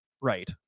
right